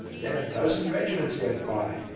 then a dozen regiments went by,